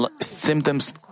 symptoms